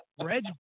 Reg